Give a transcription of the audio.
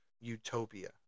utopia